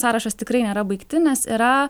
sąrašas tikrai nėra baigtinis yra